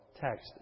text